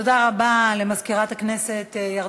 תודה רבה למזכירת הכנסת.